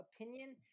opinion